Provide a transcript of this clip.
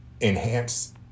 enhance